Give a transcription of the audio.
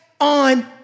on